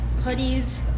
hoodies